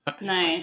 Nice